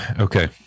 Okay